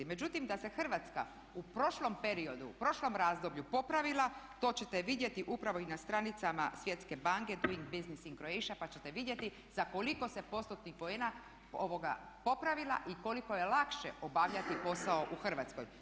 Međutim, da se Hrvatska u prošlom periodu, u prošlom razdoblju popravila to ćete vidjeti upravo i na stranicama svjetske banke Doing Business in Croatia pa ćete vidjeti sa koliko se postotnih poena popravila i koliko je lakše obavljati posao u Hrvatskoj.